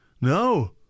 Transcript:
No